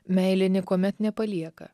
meilė niekuomet nepalieka